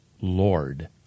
Lord